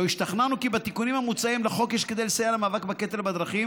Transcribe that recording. לא השתכנענו כי בתיקונים המוצעים לחוק יש כדי לסייע למאבק בקטל בדרכים